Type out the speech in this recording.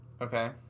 Okay